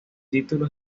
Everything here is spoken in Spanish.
título